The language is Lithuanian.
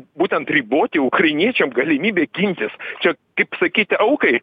būtent riboti ukrainiečiams galimybę gintis čia kaip sakyt aukai